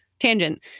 tangent